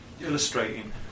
illustrating